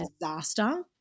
disaster